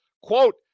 quote